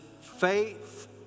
faith